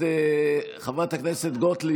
חברת הכנסת גוטליב,